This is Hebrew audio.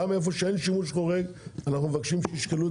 גם איפה שאין שימוש חורג אנחנו מבקשים שישקלו את